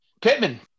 Pittman